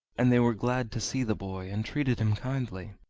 and they were glad to see the boy, and treated him kindly.